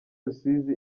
rusizi